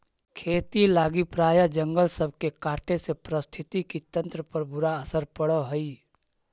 खेती लागी प्रायह जंगल सब के काटे से पारिस्थितिकी तंत्र पर बुरा असर पड़ हई